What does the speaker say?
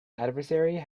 adversary